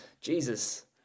jesus